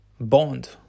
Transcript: Bond